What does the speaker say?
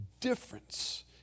difference